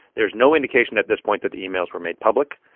there's no indication at this point that the emails were made public.